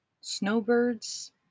Snowbirds